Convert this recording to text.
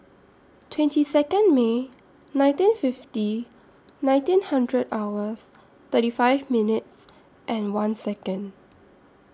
twenty Second May nineteen fifty nineteen hundred hours thirty five minutes and one Second